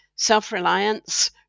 self-reliance